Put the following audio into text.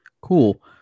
cool